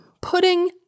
Pudding